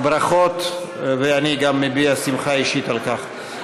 ברכות, ואני גם מביע שמחה אישית על כך.